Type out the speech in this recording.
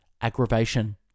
aggravation